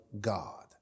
God